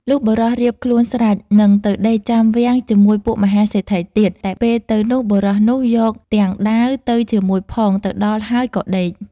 លុះបុរសរៀបខ្លួនស្រេច នឹងទៅដេកចាំវាំងជាមួយពួកមហាសេដ្ឋីទៀត តែពេលទៅនោះបុរសនោះយកទាំងដាវទៅជាមួយផងទៅដល់ហើយក៏ដេក ។